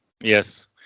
yes